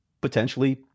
potentially